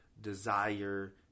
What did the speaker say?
desire